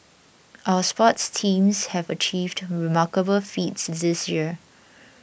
our sports teams have achieved remarkable feats this year